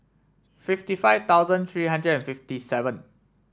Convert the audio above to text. fifty five thousand three hundred and fifty seven